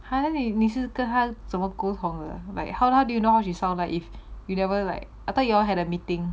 还给你你是跟他怎么沟通 like how do you know how she sound like if you never like I thought you all had a meeting